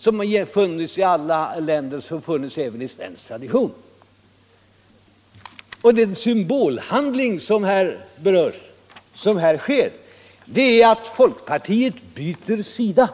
som funnits i alla länder och även i svensk tradition. Den symbolhandling som vi här bevittnar är att folkpartiet byter sida.